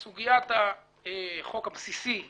זו לא הוראת שעה שתוארך אלא אם היא תבוטל, להיפך,